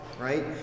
right